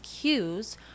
cues